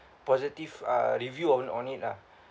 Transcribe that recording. positive uh review on on it lah